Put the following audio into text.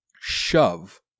shove